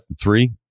three